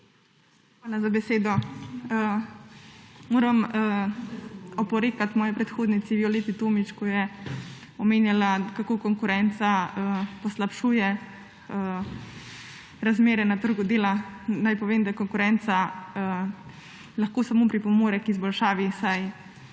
Hvala za besedo. Moram oporekati moji predhodnici Violeti Tomić, ko je omenjala, kako konkurenca poslabšuje razmere na trgu dela. Naj povem, da konkurenca lahko samo pripomore k izboljšavi, saj